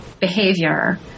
behavior